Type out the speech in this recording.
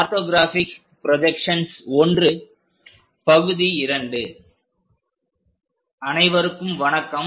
orthographic projections I பகுதி 2 அனைவருக்கும் வணக்கம்